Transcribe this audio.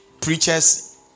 preachers